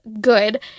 good